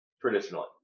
traditionally